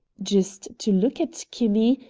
just to look at kinney,